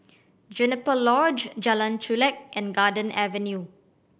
Juniper Lodge Jalan Chulek and Garden Avenue